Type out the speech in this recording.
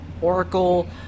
Oracle